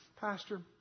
Pastor